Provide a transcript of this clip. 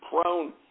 prone